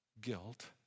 guilt